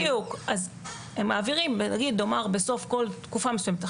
בדיוק, אז מעבירים נאמר בסוף כל תקופה מסוימת.